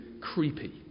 creepy